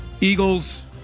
Eagles